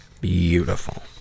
beautiful